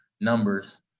numbers